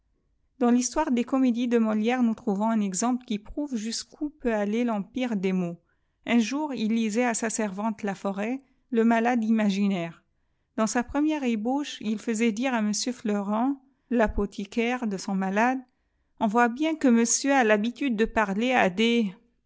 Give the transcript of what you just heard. dans rhistoire des comédies de molière nous trouvons un exam pie qui prouve jusqu où peut aller lempire des mots un jour il lisait à sa servante laforest le malade imaginaire dans sa première ébauche il faisait dire à m fleurant l'apothicaire de son malade on voit bien que monsieur a rhabitade de parler à